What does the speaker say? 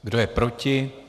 Kdo je proti?